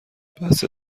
بسه